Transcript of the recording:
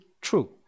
true